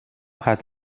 hat